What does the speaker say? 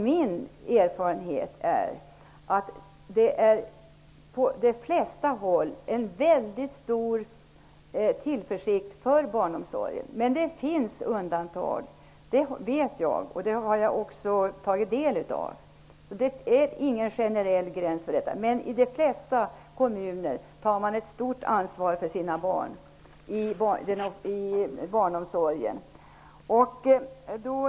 Min erfarenhet är att det på de flesta håll finns en stor tillförsikt för barnomsorgen. Men det finns undantag, det vet jag. Det har jag också tagit del av. Men i de flesta kommuner tar man ett stort ansvar för sina barn inom barnomsorgen.